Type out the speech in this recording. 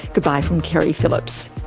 goodbye from keri phillips